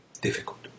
difficult